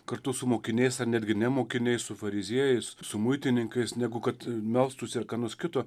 kartu su mokiniais ar netgi ne mokiniais su fariziejais su muitininkais negu kad melstųsi ar ką nors kito